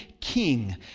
king